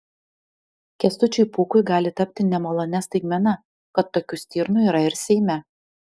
kęstučiui pūkui gali tapti nemalonia staigmena kad tokių stirnų yra ir seime